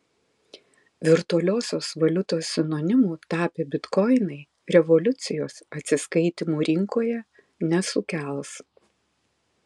virtualiosios valiutos sinonimu tapę bitkoinai revoliucijos atsiskaitymų rinkoje nesukels